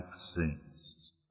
saints